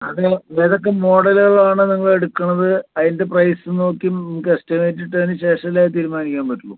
അത് ഏതൊക്കെ മോഡലുകളാണ് നിങ്ങളെടുക്കുന്നത് അതിൻ്റെ പ്രൈസ് നോക്കി നമുക്ക് എസ്റ്റിമേറ്റ് ഇട്ടതിന് ശേഷമല്ലേ നമുക്ക് തീരുമാനിക്കാൻ പറ്റുകയുള്ളു